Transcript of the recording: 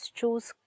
choose